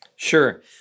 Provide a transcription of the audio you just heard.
Sure